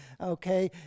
okay